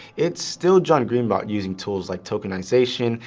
it's still john-green-bot using tools like tokenization,